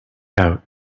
out